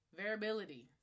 variability